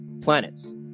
planets